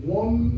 one